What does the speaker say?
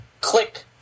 click